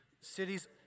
cities